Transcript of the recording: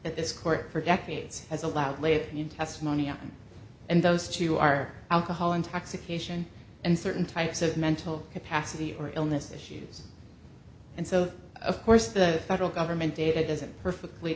that this court for decades has allowed late in testimony on and those two are alcohol intoxication and certain types of mental capacity or illness issues and so of course the federal government data doesn't perfectly